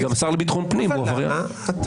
גם השר לביטחון פנים הוא עבריין מורשה.